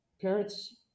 parents